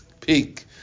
peak